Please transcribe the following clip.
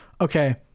Okay